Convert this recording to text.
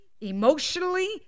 emotionally